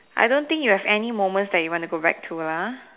I don't think you will have any moments that you want to go back to lah ah